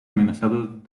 amenazados